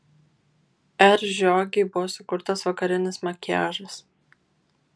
r žiogei buvo sukurtas vakarinis makiažas